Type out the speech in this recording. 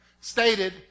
stated